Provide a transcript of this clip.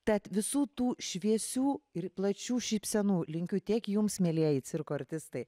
tad visų tų šviesių ir plačių šypsenų linkiu tiek jums mielieji cirko artistai